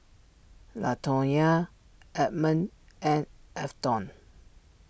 Latonya Edmond and Afton